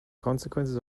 consequences